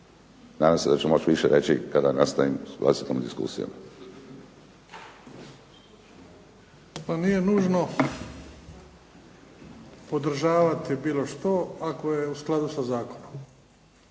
Nadam se da ću moći više reći kada nastavim s vlastitom diskusijom. **Bebić, Luka (HDZ)** Pa nije nužno podržavati bilo što ako je u skladu sa zakonom